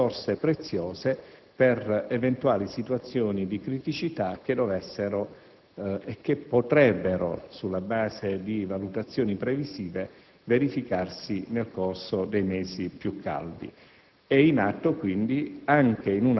e preservare risorse preziose per eventuali situazioni di criticità che dovrebbero e potrebbero, sulla base di valutazioni previsive, verificarsi nel corso dei mesi più caldi.